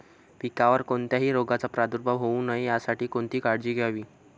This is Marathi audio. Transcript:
पिकावर कोणत्याही रोगाचा प्रादुर्भाव होऊ नये यासाठी कोणती काळजी घ्यावी?